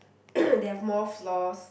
they have more floors